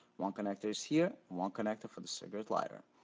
one connector is here. one connector for the cigarette lighter.